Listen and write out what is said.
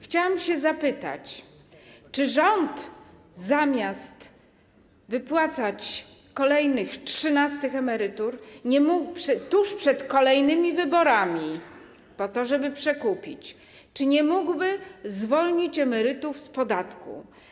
Chciałam się zapytać, czy rząd, zamiast wypłacać kolejne trzynaste emerytury tuż przed kolejnymi wyborami, po to, żeby przekupić, nie mógł zwolnić emerytów z podatku?